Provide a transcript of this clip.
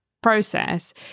Process